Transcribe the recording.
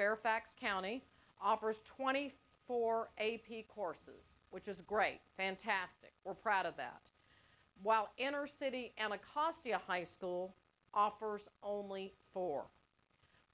fairfax county offers twenty four a p courses which is a great fantastic we're proud of that while inner city anacostia high school offers only four